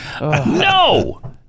No